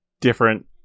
different